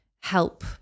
help